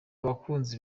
abakunzi